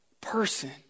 person